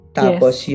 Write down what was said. tapos